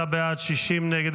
49 בעד, 60 נגד.